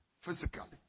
physically